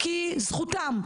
כי זכותם,